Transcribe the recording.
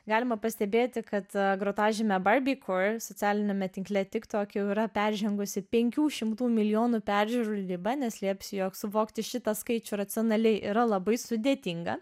galima pastebėti kad grotažymė barbie core socialiniame tinkle tik tok jau yra peržengusi penkių šimtų milijonų peržiūrų ribą neslėpsiu jog suvokti šitą skaičių racionaliai yra labai sudėtinga